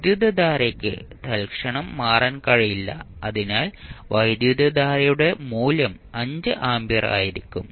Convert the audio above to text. വൈദ്യുതധാരയ്ക്ക് തൽക്ഷണം മാറാൻ കഴിയില്ല അതിനാൽ വൈദ്യുതധാരയുടെ മൂല്യം 5 ആമ്പിയർ ആയിരിക്കും